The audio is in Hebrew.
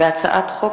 הצעת חוק